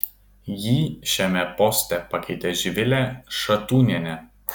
jį šiame poste pakeitė živilė šatūnienė